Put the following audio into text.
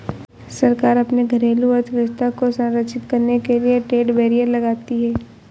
सरकार अपने घरेलू अर्थव्यवस्था को संरक्षित करने के लिए ट्रेड बैरियर लगाती है